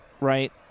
right